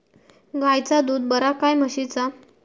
गायचा दूध बरा काय म्हशीचा?